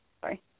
sorry